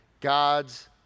God's